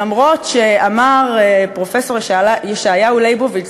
אף שאמר פרופסור ישעיהו ליבוביץ,